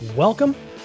Welcome